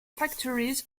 factories